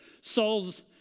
Saul's